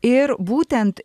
ir būtent